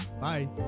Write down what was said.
bye